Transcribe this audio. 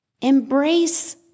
Embrace